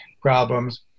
problems